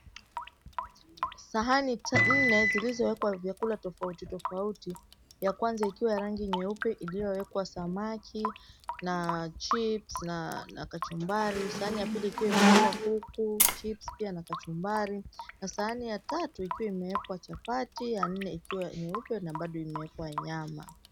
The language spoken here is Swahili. Sahani nne zilizowekwa vyakula tofauti tofauti. Ya kwanza ikiwa ya rangi nyeupe iliyowekwa samaki na chips na kachumbari. Sahani ya pili ikiwa imewekwa kuku, chips pia na kachumbari na sahani ya tatu ikiwa imewekwa chapati, ya nne ikiwa nyeupe na bado imewekwa nyama.